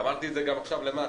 אמרתי את זה גם עכשיו למטה.